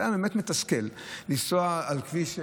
זה היה באמת מתסכל לנסוע על כביש,